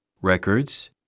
records